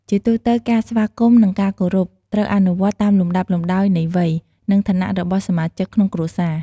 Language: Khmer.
ជាទូទៅ ការស្វាគមន៍ និងការគោរព ត្រូវអនុវត្តតាមលំដាប់លំដោយនៃវ័យ និងឋានៈរបស់សមាជិកក្នុងគ្រួសារ។